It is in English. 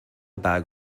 bag